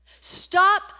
Stop